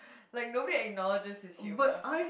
like nobody acknowledges his humor